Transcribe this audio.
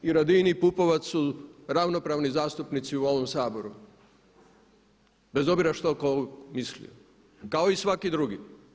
I Radin i Pupovac su ravnopravni zastupnici u ovom Saboru bez obzira što tko mislio, kao i svaki drugi.